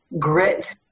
grit